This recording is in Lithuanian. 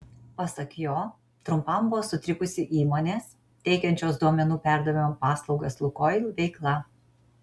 pasak jo trumpam buvo sutrikusi įmonės teikiančios duomenų perdavimo paslaugas lukoil veikla